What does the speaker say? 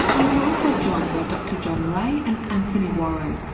and we were also joined by dr john wray and anthony warren.